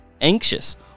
anxious